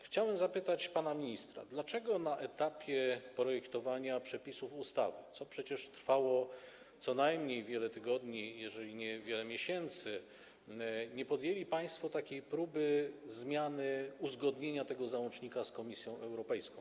Chciałem zapytać pana ministra: Dlaczego na etapie projektowania przepisów ustawy, co przecież trwało co najmniej wiele tygodni, jeżeli nie wiele miesięcy, nie podjęli państwo takiej próby zmiany uzgodnienia tego załącznika z Komisją Europejską?